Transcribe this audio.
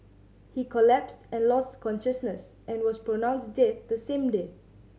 he collapsed and lost consciousness and was pronounced dead the same day